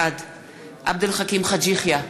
בעד עבד אל חכים חאג' יחיא,